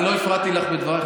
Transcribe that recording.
אני לא הפרעתי לך בדברייך.